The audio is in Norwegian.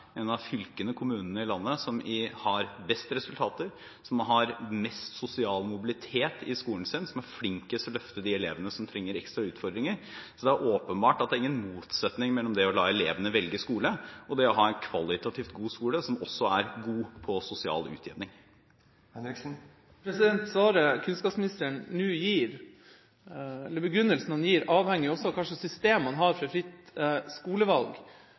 som har best resultater, som har mest sosial mobilitet i skolen sin, som er flinkest til å løfte de elevene som trenger ekstra utfordringer. Så det er åpenbart at det ikke er noen motsetning mellom det å la elevene velge skole og det å ha en kvalitativt god skole som også er god på sosial utjevning. Begrunnelsen kunnskapsministeren nå gir, avhenger også av hva slags system man har for fritt skolevalg.